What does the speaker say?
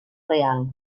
real